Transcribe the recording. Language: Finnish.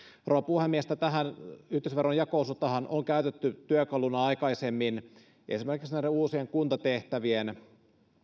rouva puhemies tätä yhteisöveron jako osuuttahan on käytetty työkaluna aikaisemmin esimerkiksi uusien kuntatehtävien